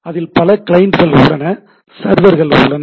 அதில் பல கிளையன்ட்ஸ் உள்ளன சர்வர்கள் உள்ளன